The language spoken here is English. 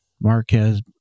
Marquez